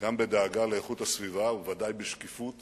גם בדאגה לאיכות הסביבה, ובוודאי בשקיפות